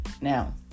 Now